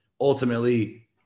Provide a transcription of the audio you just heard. ultimately